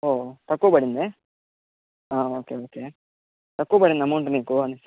ఓ తక్కువ పడిందే okay okay తక్కువ పడింది అమౌంట్ మీకు